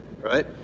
right